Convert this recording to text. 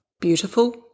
beautiful